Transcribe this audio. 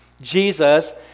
Jesus